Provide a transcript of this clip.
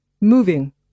Moving